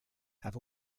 have